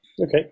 Okay